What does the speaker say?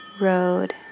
road